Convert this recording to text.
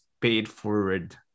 paid-forward